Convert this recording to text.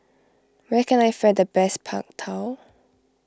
where can I find the best Png Tao